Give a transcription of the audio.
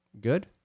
Good